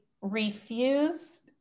refuse